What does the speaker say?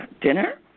dinner